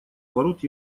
ворот